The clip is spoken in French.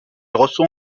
reçoit